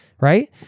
right